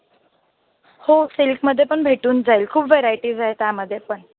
हो सिल्कमध्ये पण भेटून जाईल खूप वेरायटीज आहेत त्यामध्ये पण